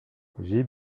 j’ai